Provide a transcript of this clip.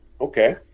Okay